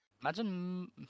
Imagine